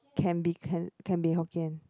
can be can can be hokkien